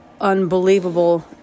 unbelievable